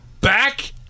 back